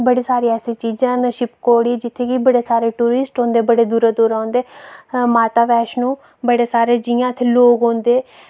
बड़ी सारी ऐसी चीजां न शिव खोड़ी जित्थै कि बड़े सारे टूरिस्ट औंदे बड़ी दूरूं दूरूं औंदे माता वैष्णो बड़े सारे जि'यां उत्थै लोक औंदे